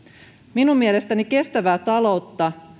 minun mielestäni kestävää taloutta